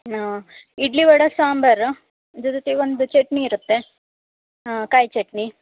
ಆ ಇಡ್ಲಿ ವಡೆ ಸಾಂಬರು ಅದರ ಜೊತೆಗೆ ಒಂದು ಚಟ್ನಿ ಇರುತ್ತೆ ಕಾಯಿ ಚಟ್ನಿ